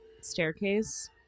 staircase